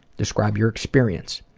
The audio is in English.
describe your experience.